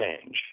change